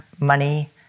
money